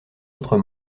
autres